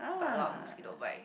but a lot of mosquito bites